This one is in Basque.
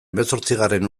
hemezortzigarren